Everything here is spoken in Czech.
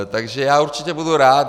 Takže já určitě budu rád.